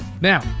Now